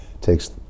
takes